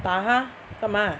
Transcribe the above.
打她干嘛